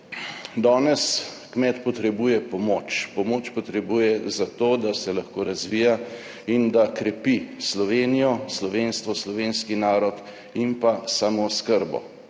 Danes kmet potrebuje pomoč. Pomoč potrebuje zato, da se lahko razvija in da krepi Slovenijo, slovenstvo, slovenski narod in pa samooskrbo